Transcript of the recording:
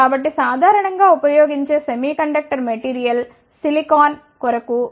కాబట్టి సాధారణం గా ఉపయోగించే సెమీకండక్టర్ మెటీరియల్ సిలికాన్ Si కొరకు బ్యాండ్ గ్యాప్ 1